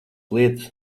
lietas